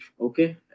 okay